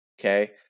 Okay